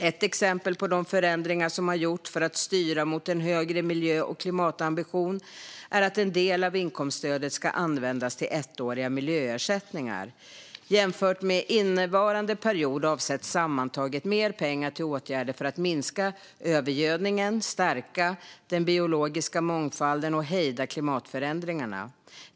Ett exempel på de förändringar som har gjorts för att styra mot en högre miljö och klimatambition är att en del av inkomststödet ska användas till ettåriga miljöersättningar. Jämfört med innevarande period avsätts sammantaget mer pengar till åtgärder för att minska övergödningen, stärka den biologiska mångfalden och hejda klimatförändringarna.